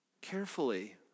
Carefully